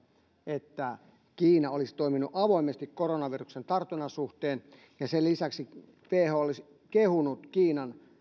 että kiina olisi toiminut avoimesti koronaviruksen tartunnan suhteen ja sen lisäksi who olisi kehunut kiinan